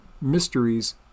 mysteries